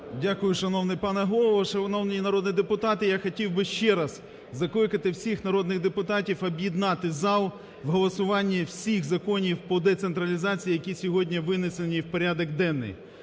Дякую, шановний пане Голово. Шановні народні депутати, я хотів би ще раз закликати всіх народних депутатів об'єднати зал в голосуванні всіх законів по децентралізації, які сьогодні винесені в порядок денний.